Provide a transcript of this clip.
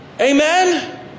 Amen